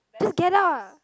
together